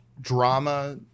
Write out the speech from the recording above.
drama